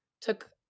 took